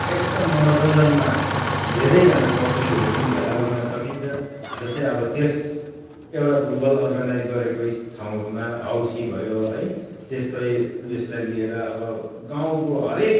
एकदम मनोरञ्जनमा धेरैजना पब्लिकहरू पनि भेला गर्न सकिन्छ जस्तै अब त्यस एउटा फुटबल अर्गनाइज गरेको इस् ठाउँहरूमा औँसी भयो है त्यस्तै उयसलाई लिएर अब गाउँको हरेक